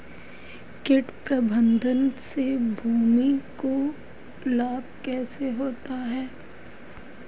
कीट प्रबंधन से भूमि को लाभ कैसे होता है?